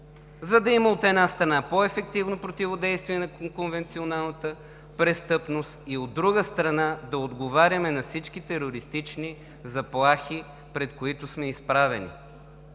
за да има, от една страна, по-ефективно противодействие на конвенционалната престъпност и, от друга страна, да отговаряме на всички терористични заплахи, пред които сме изправени.